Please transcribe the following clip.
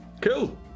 Cool